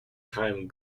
time